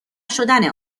شدن